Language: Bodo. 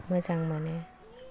मोजां मोनो